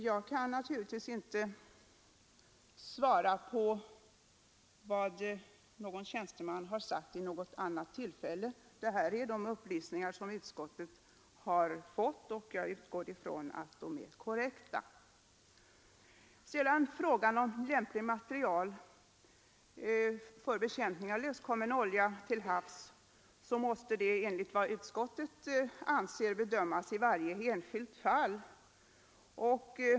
Jag kan naturligtvis inte svara för vad någon tjänsteman har sagt i något annat sammanhang. Detta är de upplysningar som utskottet har fått, och jag utgår från att de är korrekta. Frågan om lämpligt material för bekämpning av löskommen olja till havs måste enligt utskottets uppfattning bedömas i varje särskilt fall.